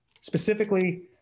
Specifically